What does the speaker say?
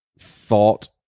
thought